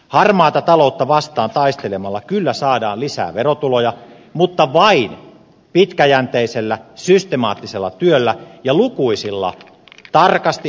harmaata taloutta vastaan taistelemalla kyllä saadaan lisää verotuloja mutta vain pitkäjänteisellä systemaattisella työllä ja lukuisilla tarkasti harkituilla toimenpiteillä